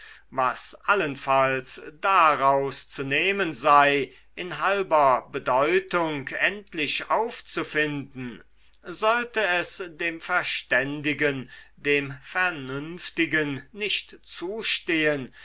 was allenfalls daraus zu nehmen sei in halber bedeutung endlich aufzufinden sollte es dem verständigen dem vernünftigen nicht zustehen